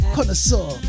Connoisseur